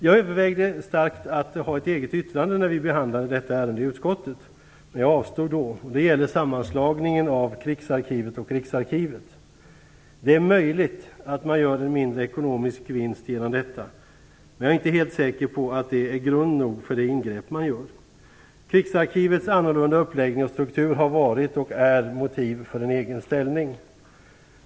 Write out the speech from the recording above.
Jag övervägde starkt att avge ett särskilt yttrande när vi behandlade detta ärende i utskottet. Men jag avstod. Det gällde sammanslagningen av Krigsarkivet och Riksarkivet. Det är möjligt att man gör en mindre ekonomisk vinst genom detta, men jag är inte helt säker på att det är grund nog för det ingrepp man gör. Krigsarkivets annorlunda uppläggning och struktur har varit och är motiv för en egen ställning.